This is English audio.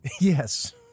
Yes